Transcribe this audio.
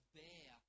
bear